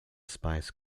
spice